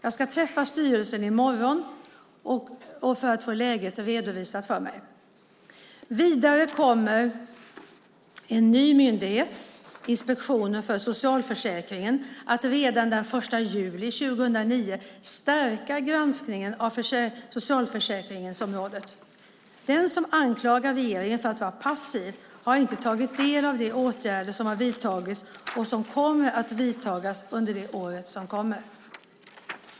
Jag ska träffa styrelsen i morgon för att få läget redovisat för mig. Vidare kommer en ny myndighet - Inspektionen för socialförsäkringen - att redan den 1 juli 2009 stärka granskningen av socialförsäkringsområdet. Den som anklagar regeringen för att vara passiv har inte tagit del av de åtgärder som har vidtagits och som kommer att vidtas under året som kommer.